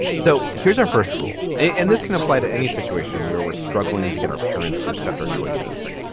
so here's our first rule, and this can apply to any situation where we're struggling to get our parents to accept our choices.